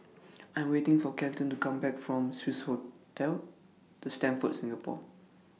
I'm waiting For Kelton to Come Back from Swissotel The Stamford Singapore